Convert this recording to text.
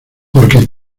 porque